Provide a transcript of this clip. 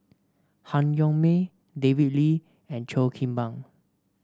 Han Yong May David Lee and Cheo Kim Ban